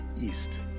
east